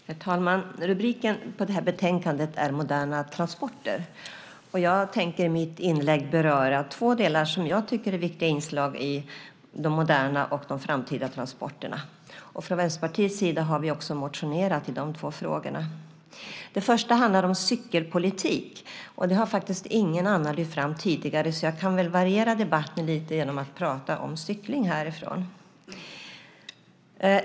Herr talman! Rubriken på det här betänkandet är Moderna transporter . Jag tänker i mitt inlägg beröra två delar som jag tycker är viktiga inslag i de moderna och framtida transporterna. Från Vänsterpartiets sida har vi också motionerat i de två frågorna. Den första handlar om cykelpolitik. Det har faktiskt ingen annan lyft fram tidigare så jag kan väl variera debatten lite genom att prata om cykling.